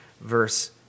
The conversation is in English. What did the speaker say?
verse